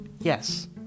yes